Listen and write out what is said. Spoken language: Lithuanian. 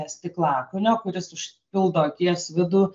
stiklakūnio kuris užpildo akies vidų